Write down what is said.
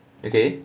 okay